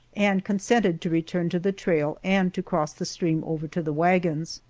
and consented to return to the trail and to cross the stream over to the wagons.